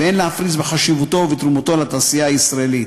ואין להפריז בחשיבותו ובתרומתו לתעשייה הישראלית.